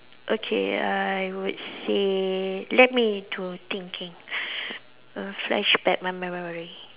okay I would say let me to thinking err flashback my memory